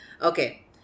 Okay